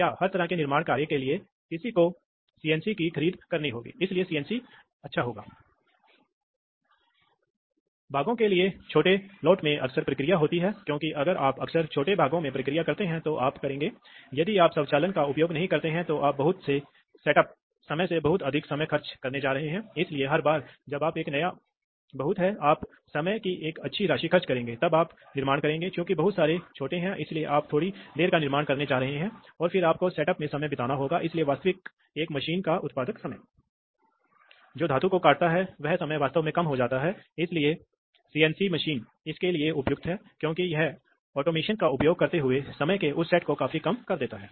तो यह प्रवाह नियंत्रण वाल्व से होकर गुजरेगा और फिर अंत में निष्कासित हो जाएगा इसलिए इस प्रवाह नियंत्रण वाल्व का उपयोग किया जाता है उपयोग किया जाता है ताकि जब सिलेंडर इस तरह से आगे बढ़ रहा है तो एक निश्चित है निश्चित गति है अधिकतम गति है कि यह कर सकते हैं यह आम तौर पर प्राप्त होगा आप कर सकते हैं आप इस दो वाल्व में विभिन्न प्रवाह नियंत्रण वाल्व सेटिंग्स यहाँ हो सकता है ताकि आप दो पक्षों पर आप सिलेंडर की अलग गति प्राप्त कर सकते हैं